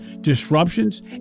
disruptions